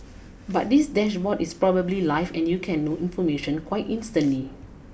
but this dashboard is probably live and you can know information quite instantly